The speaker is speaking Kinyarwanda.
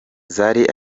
zari